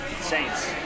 saints